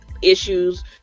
issues